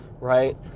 Right